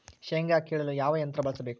ಶೇಂಗಾ ಕೇಳಲು ಯಾವ ಯಂತ್ರ ಬಳಸಬೇಕು?